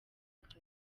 akazi